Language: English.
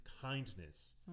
kindness